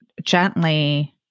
gently